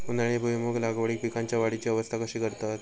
उन्हाळी भुईमूग लागवडीत पीकांच्या वाढीची अवस्था कशी करतत?